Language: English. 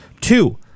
Two